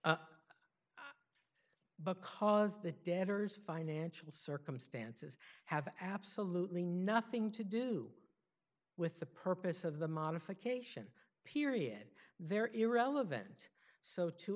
because the debtor's financial circumstances have absolutely nothing to do with the purpose of the modification period they're irrelevant so to